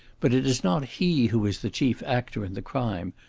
but it is not he who is the chief actor in the crime.